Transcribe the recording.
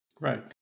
Right